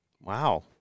Wow